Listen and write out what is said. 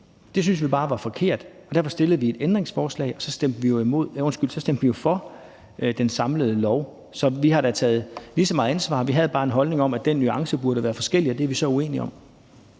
Det syntes vi bare var forkert, og derfor stillede vi et ændringsforslag. Og så stemte vi jo for det samlede lovforslag. Vi har da taget lige så meget ansvar. Vi havde bare en holdning om, at den nuance burde gøre en forskel, og det er vi så uenige om.